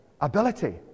ability